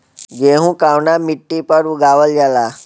गेहूं कवना मिट्टी पर उगावल जाला?